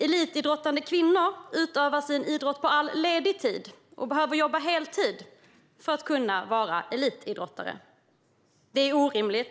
Elitidrottande kvinnor utövar sin idrott på all ledig tid och behöver jobba heltid för att kunna vara elitidrottare. Det är orimligt.